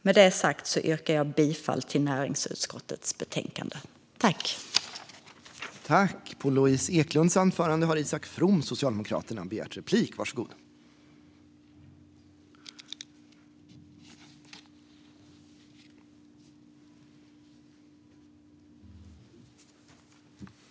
Med det sagt yrkar jag bifall till näringsutskottets förslag till beslut i betänkandet.